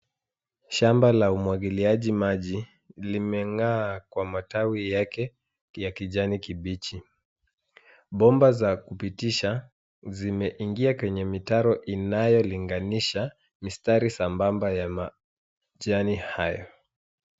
Shamba la umwagiliaji maji limeng'aa kwa matawi yake ya kijani kibichi. Bomba za kupitisha zimeingia kwenye mitaro inayolinganisha mistari sambamba ya majani hayo.